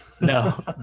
No